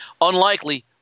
Unlikely